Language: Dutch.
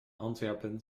antwerpen